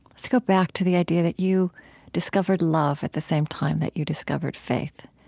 let's go back to the idea that you discovered love at the same time that you discovered faith.